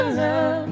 love